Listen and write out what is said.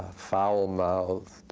foul mouthed.